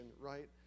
right